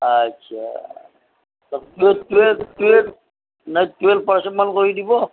আচ্ছা টুৱে twelve twelve নাই টুৱেল্ভ পাৰচেণ্টমান কৰি দিব